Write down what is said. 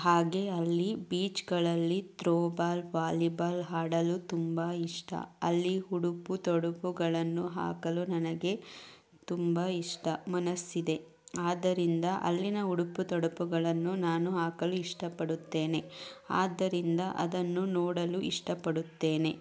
ಹಾಗೆ ಅಲ್ಲಿ ಬೀಚ್ಗಳಲ್ಲಿ ತ್ರೋಬಾಲ್ ವಾಲಿಬಾಲ್ ಆಡಲು ತುಂಬ ಇಷ್ಟ ಅಲ್ಲಿ ಉಡುಪು ತೊಡುಪುಗಳನ್ನು ಹಾಕಲು ನನಗೆ ತುಂಬ ಇಷ್ಟ ಮನಸ್ಸಿದೆ ಆದ್ದರಿಂದ ಅಲ್ಲಿನ ಉಡುಪು ತೊಡುಪುಗಳನ್ನು ನಾನು ಹಾಕಲು ಇಷ್ಟಪಡುತ್ತೇನೆ ಆದ್ದರಿಂದ ಅದನ್ನು ನೋಡಲು ಇಷ್ಟಪಡುತ್ತೇನೆ